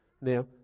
Now